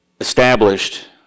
established